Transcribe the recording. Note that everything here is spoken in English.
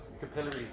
capillaries